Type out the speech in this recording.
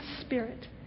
spirit